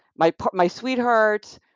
my my sweetheart,